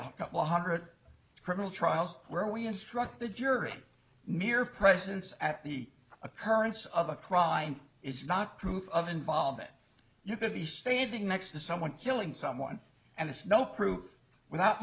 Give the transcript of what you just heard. oh couple hundred criminal trials where we instruct the jury mere presence at the occurrence of a crime is not proof of involvement you could be standing next to someone killing someone and it's no proof without